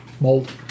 Mold